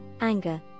anger